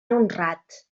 honrat